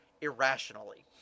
irrationally